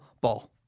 Ball